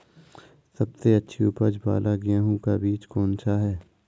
सबसे अच्छी उपज वाला गेहूँ का बीज कौन सा है?